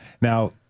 Now